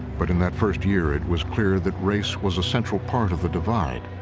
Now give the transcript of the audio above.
but in that first year, it was clear that race was a central part of the divide,